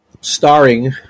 Starring